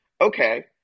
okay